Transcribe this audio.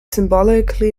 symbolically